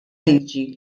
liġi